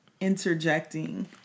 interjecting